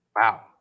Wow